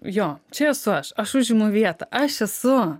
jo čia esu aš aš užimu vietą aš esu